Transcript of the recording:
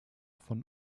von